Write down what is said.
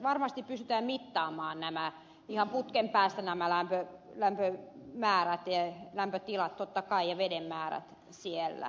varmasti pystytään mittaamaan ihan putken päästä nämä lämpömäärät ja lämpötilat totta kai ja veden määrät siellä